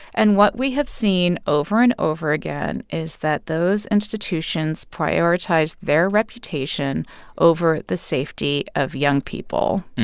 and what we have seen over and over again is that those institutions prioritize their reputation over the safety of young people.